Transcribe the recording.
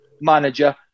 manager